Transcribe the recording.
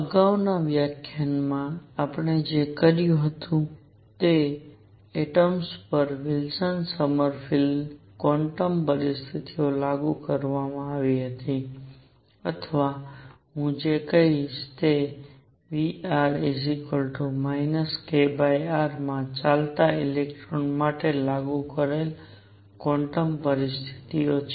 અગાઉના વ્યાખ્યાનમાં આપણે જે કર્યું હતું તે એટમ્સ પર વિલ્સન સોમરફેલ્ડ ક્વોન્ટમ પરિસ્થિતિઓ લાગુ કરવામાં આવી હતી અથવા હું જે કહીશ તે Vr kr માં ચાલતા ઇલેક્ટ્રોન માટે લાગુ કરેલ ક્વોન્ટમ પરિસ્થિતિઓ છે